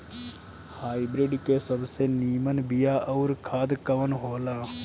Hybrid के सबसे नीमन बीया अउर खाद कवन हो ला?